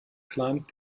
climbed